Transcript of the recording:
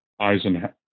Eisenhower